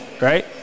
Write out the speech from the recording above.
right